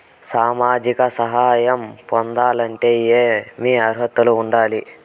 సామాజిక సహాయం పొందాలంటే ఏమి అర్హత ఉండాలి?